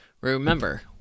Remember